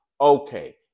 okay